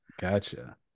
gotcha